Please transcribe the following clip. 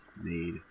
made